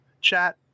chat